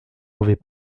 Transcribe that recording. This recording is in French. mauvais